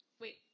Wait